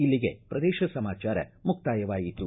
ಇಲ್ಲಿಗೆ ಪ್ರದೇಶ ಸಮಾಚಾರ ಮುಕ್ತಾಯವಾಯಿತು